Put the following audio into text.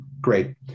great